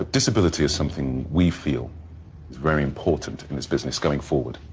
disability is something we feel is very important in this business going forward.